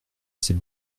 s’est